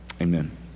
amen